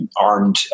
armed